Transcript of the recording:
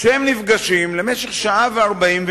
כשהם נפגשים למשך שעה ו-40 דקות,